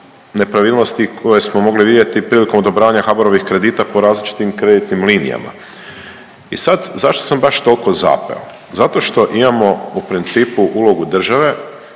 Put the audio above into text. nepravilnosti koje smo mogli vidjeti prilikom odobravanja HBOR-ovih kredita po različitim kreditnim linijama. I sad, zašto sam baš tolko zapeo? Zato što imamo u principu ulogu države